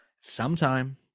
Sometime